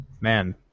man